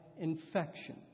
infection